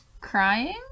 crying